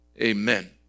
Amen